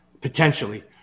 potentially